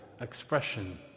expression